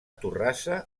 torrassa